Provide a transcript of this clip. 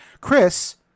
Chris